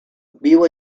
viu